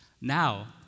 now